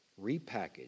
repackaged